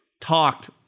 talked